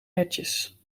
erwtjes